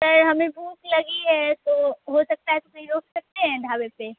سر ہمیں بھوک لگی ہے تو ہو سکتا ہے تو کہیں روک سکتے ہیں ڈھابے پہ